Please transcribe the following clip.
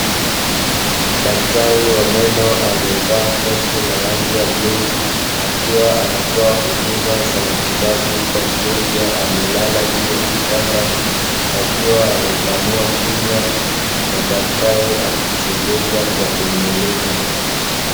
Daktari wa meno aliyevaa koti la rangi ya bluu, akiwa anatoa huduma ya matibabu kwa mgonjwa aliye lala juu ya kitanda, akiwa amepanua kinywa na daktari akimchunguza kwa kummulika.